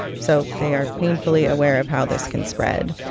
so they are painfully aware of how this can spread.